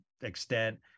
extent